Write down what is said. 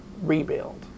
rebuild